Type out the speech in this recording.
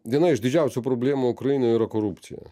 viena iš didžiausių problemų ukrainoj yra korupcija